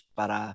para